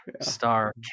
star